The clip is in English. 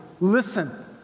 Listen